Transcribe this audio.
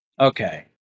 Okay